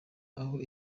aho